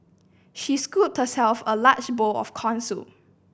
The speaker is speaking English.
she scooped herself a large bowl of corn soup